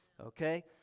okay